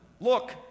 Look